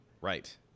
right